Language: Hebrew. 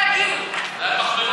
זה הפחמימות.